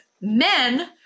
Men